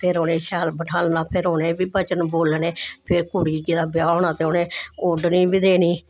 फिर उनें शैल बैठालना फिर उनें भजन बोलने ते कुड़ी जेल्लै ओह्दा ब्याह् होना ओढ़नी बी देनी